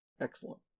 Excellent